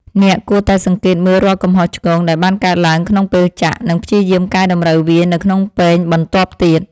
អ្នកគួរតែសង្កេតមើលរាល់កំហុសឆ្គងដែលបានកើតឡើងក្នុងពេលចាក់ និងព្យាយាមកែតម្រូវវានៅក្នុងពែងបន្ទាប់ទៀត។